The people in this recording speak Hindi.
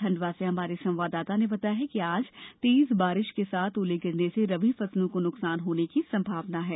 खंडवा से हमारे संवाददाता ने बताया कि आज तेज बारिश के साथ ओले गिरने से रबी फसलों को नुकसान होने की संभावना है